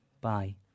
Bye